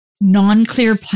non-clear